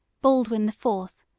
baldwin the fourth,